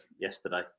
yesterday